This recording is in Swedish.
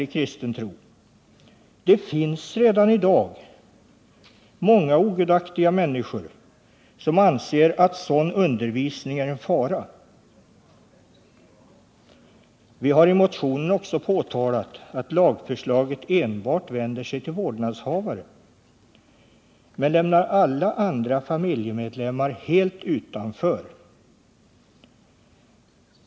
i kristen tro. Det finns redan i dag många ogudaktiga människor som anser att sådan undervisning är en fara. Vi har i motionen också påtalat att lagförslaget enbart vänder sig till vårdnadshavare men lämnar alla andra familjemedlemmar helt utanför.